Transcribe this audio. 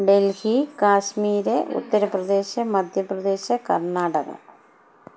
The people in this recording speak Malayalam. ഡെൽഹി കാശ്മീർ ഉത്തർപ്രദേശ് മധ്യപ്രദേശ് കർണാടക